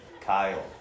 Kyle